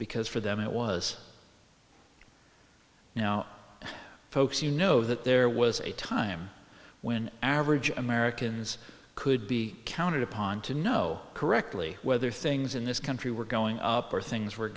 because for them it was now folks you know that there was a time when average americans could be counted upon to know correctly whether things in this country were going up or things were